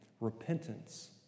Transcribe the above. repentance